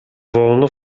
wolno